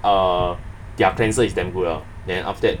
err their cleanser is damn good ah then after that